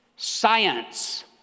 Science